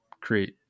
create